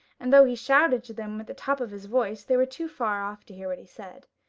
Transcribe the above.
and though he shouted to them at the top of his voice, they were too far off to hear what he said.